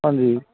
ਹਾਂਜੀ